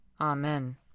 Amen